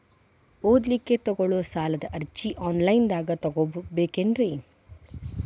ಓದಲಿಕ್ಕೆ ತಗೊಳ್ಳೋ ಸಾಲದ ಅರ್ಜಿ ಆನ್ಲೈನ್ದಾಗ ತಗೊಬೇಕೇನ್ರಿ?